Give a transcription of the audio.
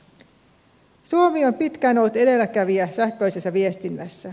suomi on pitkään ollut edelläkävijä sähköisessä viestinnässä